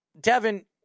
Devin